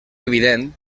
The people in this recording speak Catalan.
evident